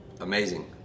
amazing